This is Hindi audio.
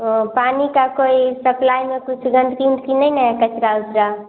वह पानी का कोई सप्लाइ में कुछ गंदगी उंदगी नहीं ना है कचरा उचरा